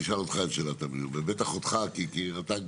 אשאל אותך את שאלת ה --- ובטח אותך כי רט"ג,